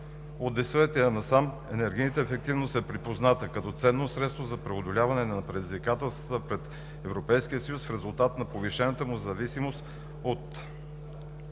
От десетилетия насам енергийната ефективност е припозната като ценно средство за преодоляване на предизвикателствата пред Европейския съюз в резултат на повишената му зависимост от